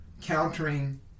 countering